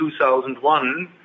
2001